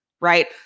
right